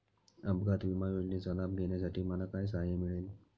अपघात विमा योजनेचा लाभ घेण्यासाठी मला काय सहाय्य मिळेल?